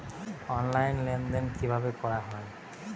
Online লেনদেন কিভাবে করা হয়?